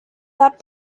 that